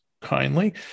kindly